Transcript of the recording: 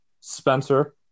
Spencer